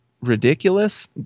ridiculous